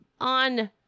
on